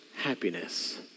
happiness